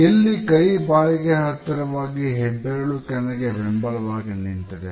ಎಲ್ಲಿ ಕೈ ಬಾಯಿಗೆ ಹತ್ತಿರವಾಗಿ ಹೆಬ್ಬೆರಳು ಕೆನ್ನೆಗೆ ಬೆಂಬಲವಾಗಿ ನಿಂತಿದೆ